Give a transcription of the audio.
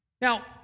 Now